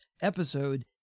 Episode